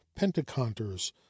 pentaconters